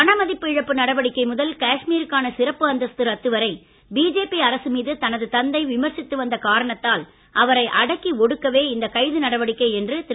பணமதிப்பு இழப்பு நடவடிக்கை முதல் காஷ்மீருக்கான சிறப்பு அந்தஸ்து ரத்து வரை பிஜேபி அரசு மீது தனது தந்தை விமர்சித்து வந்த காரணத்தால் அவரை அடக்கி ஒடுக்கவே இந்த கைது நடவடிக்கை என்று திரு